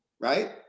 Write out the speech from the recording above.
Right